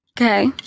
Okay